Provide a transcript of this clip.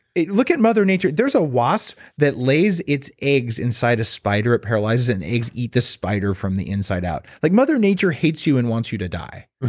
look at mother nature. there's a wasp that lays its eggs inside a spider. it paralyzes it, and eggs eat this spider from the inside out. like mother nature hates you and wants you to die.